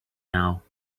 now